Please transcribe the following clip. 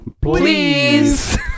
Please